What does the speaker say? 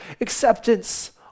acceptance